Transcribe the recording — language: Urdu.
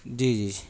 جی جی